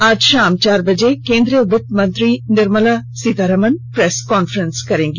वहीं आज शाम चार बजे केंद्रीय वित्तमंत्री निर्मला सीतारमण प्रेस कांफ्रेंस करेंगी